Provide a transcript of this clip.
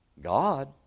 God